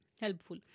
helpful